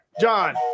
John